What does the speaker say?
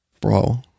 bro